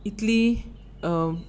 इतली